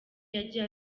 yagiye